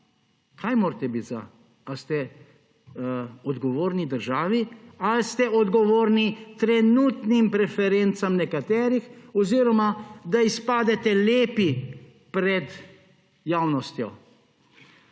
Kaj morate biti za? Ali ste odgovorni državi ali ste odgovorni trenutnim preferencam nekaterih oziroma da izpadete lepi pred javnostjo?